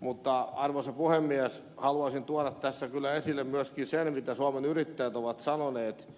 mutta arvoisa puhemies haluaisin tuoda tässä kyllä esille myöskin sen mitä suomen yrittäjät ovat sanoneet